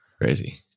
crazy